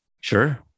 Sure